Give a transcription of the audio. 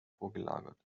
vorgelagert